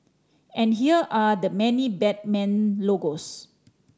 and here are the many Batman logos